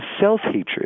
self-hatred